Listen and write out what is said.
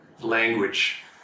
language